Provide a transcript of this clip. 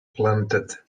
planted